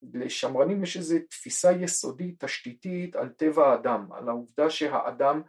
לשמרנים יש איזו תפיסה יסודית תשתיתית על טבע האדם, על העובדה שהאדם